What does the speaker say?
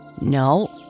No